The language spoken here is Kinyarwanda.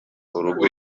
urugo